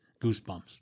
goosebumps